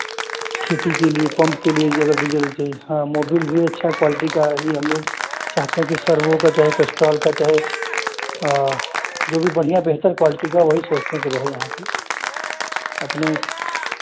खेती के लिए पंप के लिए अगर डीजल चहि हाँ मोबिल भी अच्छा क्वालिटी का ही हम लोग चाहते हैं कि सर्वो का चाहे कैस्ट्रॉल का चाहे जो भी बढ़िया बेहतर क्वालटी का वही सोचते हैं कि रहे यहाँ पर अपने